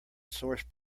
source